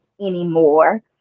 anymore